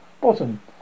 Bottom